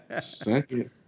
Second